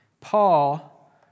Paul